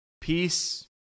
peace